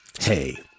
Hey